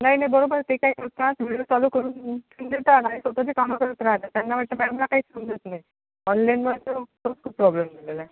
नाही नाही बरोबर ते काही विडिओ चालू करून स्वत ची कामं करत राहतात त्यांना वाटतं मॅमला काही समजत नाही ऑनलाईनवर खूप प्रॉब्लेम झालेला आहे